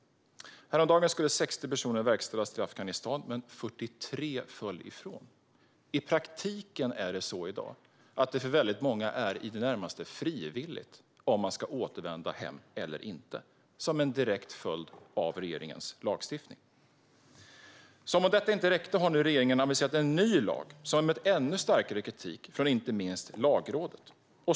Häromdagen skulle 60 personer avvisas till Afghanistan, men 43 föll ifrån. I praktiken är det i dag för väldigt många i det närmaste frivilligt om de ska återvända hem eller inte - detta som en direkt följd av regeringens lagstiftning. Som om detta inte räckte har regeringen nu aviserat en ny lag, som har mött ännu starkare kritik från inte minst Lagrådet.